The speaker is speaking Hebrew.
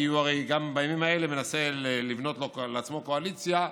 כי הוא הרי גם בימים האלה מנסה לבנות לעצמו קואליציה,